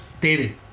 David